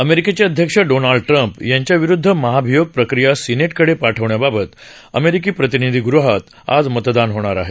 अमेरिकेचे अध्यक्ष Donald Trump यांच्याविरुद्ध महाभियोग प्रक्रिया सिनेटकडे पाठवण्याबाबत अमेरिकी प्रतिनिधीगृहात आज मतदान होणार आहे